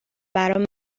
برای